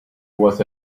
was